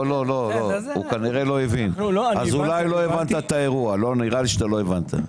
לא, הוא כנראה לא הבין, נראה לי שאתה לא הבנת.